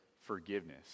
forgiveness